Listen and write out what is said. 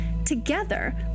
Together